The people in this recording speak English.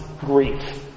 grief